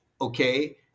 okay